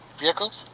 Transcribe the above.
vehicles